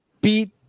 beat